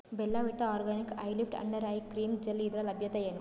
ಬೆಲ್ಲ Vita organic eye lift under eye cream gel ಇದರ ಲಭ್ಯತೆ ಏನು